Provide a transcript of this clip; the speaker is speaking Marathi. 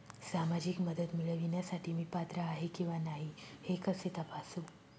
सामाजिक मदत मिळविण्यासाठी मी पात्र आहे किंवा नाही हे कसे तपासू?